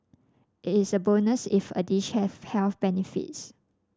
it is a bonus if a dish has health benefits